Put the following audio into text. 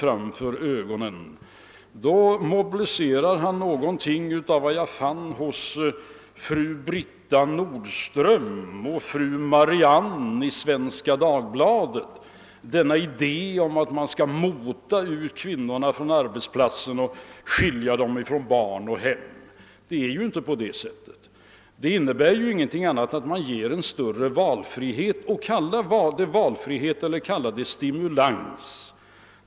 Han mobiliserar någonting liknande det som jag funnit hos fru Britta Nordström och fru Marianne i Svenska Dagbladet, nämligen föreställningen att man skulle vilja mota ut kvinnorna till arbetsplatserna och skilja dem från barn och hem. Men innebörden är ju bara att man skapar större valfrihet — det må sedan kallas valfrihet eller stimulans.